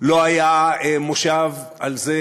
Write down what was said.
לא היה מושב על זה,